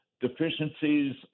deficiencies